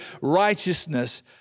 righteousness